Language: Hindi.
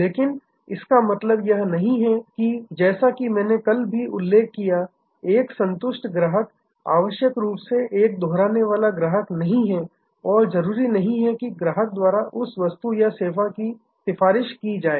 लेकिन इसका मतलब यह नहीं है कि जैसा कि मैंने कल भी उल्लेख किया है एक संतुष्ट ग्राहक आवश्यक रूप से एक दोहराने वाला ग्राहक नहीं है और जरूरी नहीं कि ग्राहक द्वारा उस वस्तु या सेवा की सिफारिश की जाए